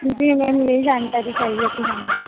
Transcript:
जी ma'am यहीं जानकारी चाहिए थी हमें